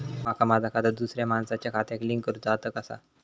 माका माझा खाता दुसऱ्या मानसाच्या खात्याक लिंक करूचा हा ता कसा?